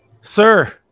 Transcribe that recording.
Sir